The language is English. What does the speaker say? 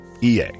EA